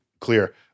clear